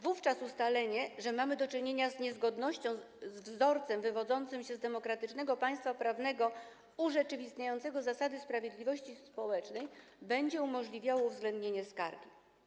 Wówczas ustalenie, że mamy do czynienia z wzorcem wywodzącym się z demokratycznego państwa prawnego urzeczywistniającego zasady sprawiedliwości społecznej, będzie umożliwiało uwzględnienie skargi.